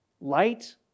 Light